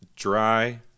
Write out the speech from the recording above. Dry